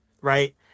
right